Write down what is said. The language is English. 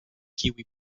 kiwi